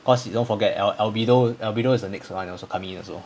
because you don't forget al~ albedo albedo is the next [one] also coming in also